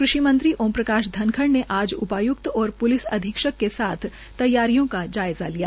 कृषि मंत्री ओम प्रकाश ध्नखड ने आज उपाय्क्त और प्लिस अधीक्षक के साथ तैयारियों का जायंज़ा लिया